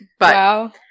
Wow